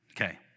Okay